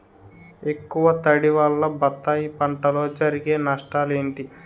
ఎక్కువ తడి వల్ల బత్తాయి పంటలో జరిగే నష్టాలేంటి?